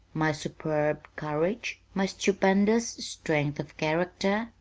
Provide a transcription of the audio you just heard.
my superb courage? my stupendous strength of character?